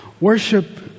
Worship